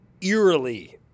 Eerily